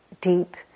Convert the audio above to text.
deep